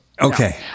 Okay